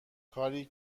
کاری